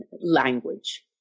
language